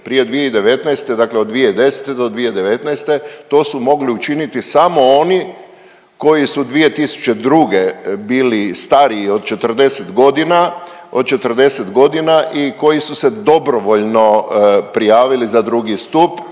Prije 2019., dakle od 2010. do 2019. to su mogli učiniti samo oni koji su 2002. bili stariji od 40 godina, od 40 godina i koji su se dobrovoljno prijavili za drugi stup,